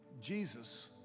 Jesus